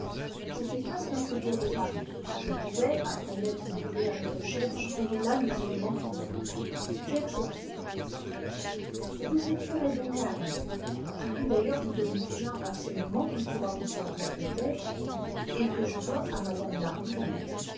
c'était presque un faubourg de paris je pouvais après m'être livré à mes recherches trouver là l'isolement qui me plaît j'ai accepté je vous écrirai donc à asnières je puis d'ailleurs vous donner déjà un renseignement qui pourra vous servir peut-être et que je dois à mme d'harville